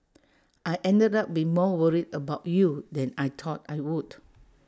I ended up being more worried about you than I thought I would